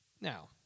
Now